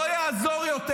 לא יעזור יותר.